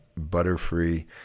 Butterfree